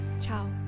Ciao